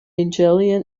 italian